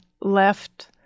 left